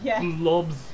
lobs